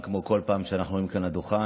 כמו בכל פעם שאנחנו עולים כאן לדוכן,